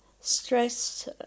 stress